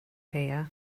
here